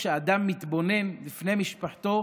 כשאדם מתבונן בפני משפחתו,